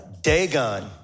Dagon